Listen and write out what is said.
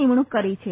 નિમણૂંક કરી છે